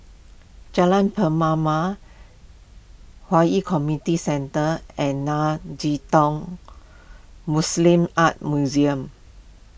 Jalan Pernama Hwi Yoh Centre and Nei Tang Buddhist Art Museum